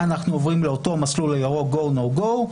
אנחנו עוברים לאותו מסלול ירוק go no go.